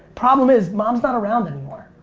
problem is, mom's not around anymore.